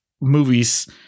movies